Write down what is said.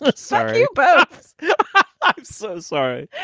but sorry. but yeah i'm so sorry.